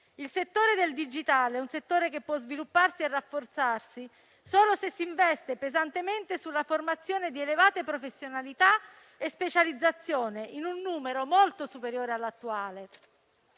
di lavoro. Il digitale è un settore che può svilupparsi e rafforzarsi solo se si investe pesantemente nella formazione di elevate professionalità e specializzazione in un numero molto superiore all'attuale.